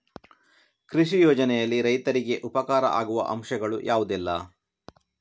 ಕೃಷಿ ಯೋಜನೆಯಲ್ಲಿ ರೈತರಿಗೆ ಉಪಕಾರ ಆಗುವ ಅಂಶಗಳು ಯಾವುದೆಲ್ಲ?